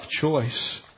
choice